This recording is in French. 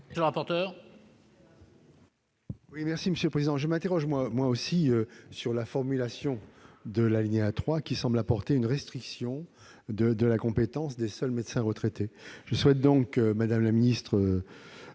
Monsieur le rapporteur,